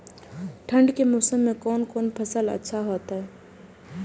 ठंड के मौसम में कोन कोन फसल अच्छा होते?